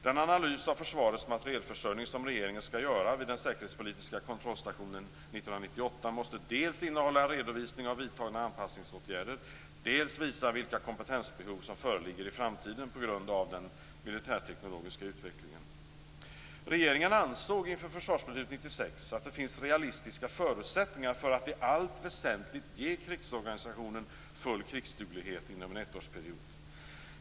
Den analys av försvarets materielförsörjning som regeringen skall göra vid den säkerhetspolitiska kontrollstationen 1998 måste dels innehålla en redovisning av vidtagna anpassningsåtgärder, dels visa vilka kompetensbehov som finns i framtiden på grund av den militärteknologiska utvecklingen. Regeringen ansåg inför Försvarsbeslut 96 att det finns realistiska förutsättningar för att i allt väsentligt ge krigsorganisationen full krigsduglighet inom en ettårsperiod.